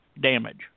damage